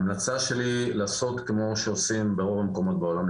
ההמלצה שלי היא לעשות כמו שעושים ברוב המקומות בעולם,